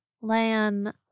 Lan